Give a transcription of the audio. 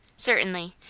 certainly.